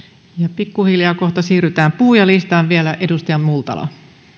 pikkuhiljaa kohta siirrytään puhujalistaan vielä edustaja multala arvoisa